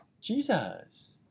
Jesus